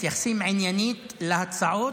מתייחסים עניינית להצעות,